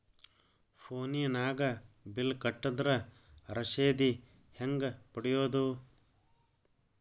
ಫೋನಿನಾಗ ಬಿಲ್ ಕಟ್ಟದ್ರ ರಶೇದಿ ಹೆಂಗ್ ಪಡೆಯೋದು?